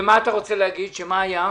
ומה אתה רוצה להגיד, מה היה?